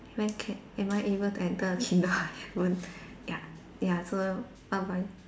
when can am I able to enter the kingdom of heaven ya ya so what about you